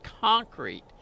concrete